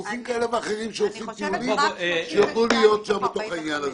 גופים נוספים שיוכלו להיות בתוך המערכת,